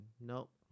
nope